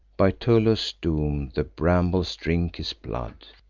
by tullus' doom the brambles drink his blood,